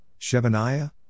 Shebaniah